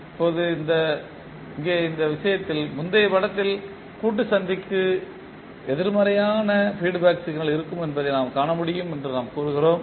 இப்போது இங்கே இந்த விஷயத்தில் முந்தைய படத்தில் கூட்டுச் சந்திக்கு எதிர்மறையான ஃபீட் பேக் சிக்னல் இருக்கும் என்பதை நாம் காணலாம் என்று நாம் கூறுகிறோம்